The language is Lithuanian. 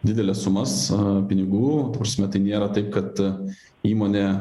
dideles sumas pinigų ta prasme tai nėra taip kad įmonė